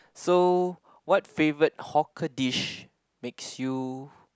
so what favourite hawker dish makes you